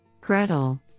Gretel